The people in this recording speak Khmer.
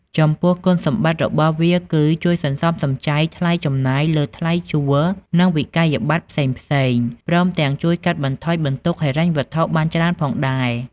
ចំពោះគុណសម្បត្តិរបស់វាគឺអាចជួយសន្សំសំចៃថ្លៃចំណាយលើថ្លៃជួល និងវិក្កយបត្រផ្សេងៗ ព្រមទាំងជួយកាត់បន្ថយបន្ទុកហិរញ្ញវត្ថុបានច្រើនផងដែរ ។